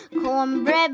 Cornbread